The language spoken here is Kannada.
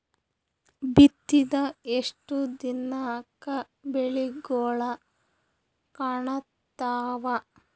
ಬಿತ್ತಿದ ಎಷ್ಟು ದಿನಕ ಬೆಳಿಗೋಳ ಕಾಣತಾವ?